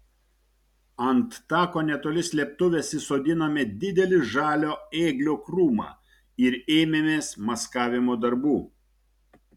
ant tako netoli slėptuvės įsodinome didelį žalio ėglio krūmą ir ėmėmės maskavimo darbų